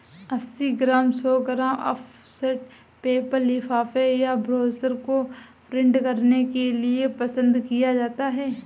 अस्सी ग्राम, सौ gram offset paper लिफाफे या ब्रोशर को प्रिंट करने के लिए पसंद किया जाता है